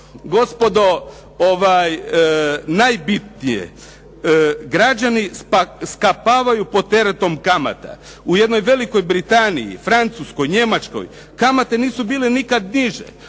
gospodo najbitnije građani skapavaju pod teretom kamata. U jednoj Velikoj Britaniji, Francuskoj, Njemačkoj, kamate nisu bile nikada niže,